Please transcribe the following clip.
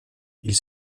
ils